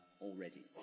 already